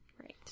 Right